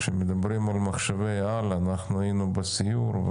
היינו בסיור.